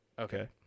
Okay